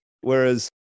Whereas